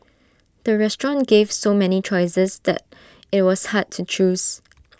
the restaurant gave so many choices that IT was hard to choose